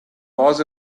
was